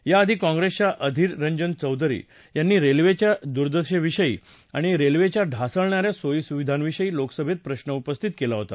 यआधी काँप्रेसच्या अधीर रंजन चौधरी यांनी रेल्वेच्या दूर्दशेविषयी आणि रेल्वेच्या ढासळणाऱ्या सोयीसुविधांविषयी लोकसभेत प्रश्र उपस्थित केला होता